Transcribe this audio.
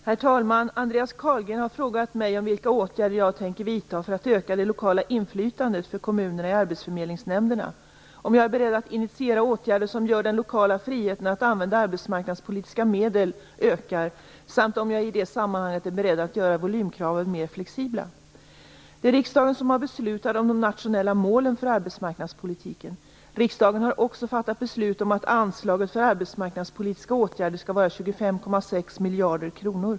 Herr talman! Andreas Carlgren har frågat mig vilka åtgärder jag tänker vidta för att öka det lokala inflytandet för kommunerna i arbetsförmedlingsnämnderna, om jag är beredd att initiera åtgärder som gör att den lokala friheten att använda arbetsmarknadspolitiska medel ökar samt om jag i det sammanhanget är beredd att göra volymkraven mer flexibla. Det är riksdagen som har beslutat om de nationella målen för arbetsmarknadspolitiken. Riksdagen har också fattat beslut om att anslaget för arbetsmarknadspolitiska åtgärder skall vara 25,6 miljarder kronor.